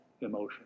emotion